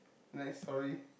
next story